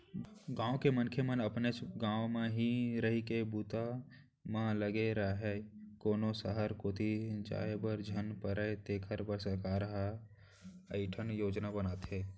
गाँव के मनखे मन अपनेच गाँव म ही रहिके बूता म लगे राहय, कोनो सहर कोती जाय बर झन परय तेखर बर सरकार ह कइठन योजना बनाथे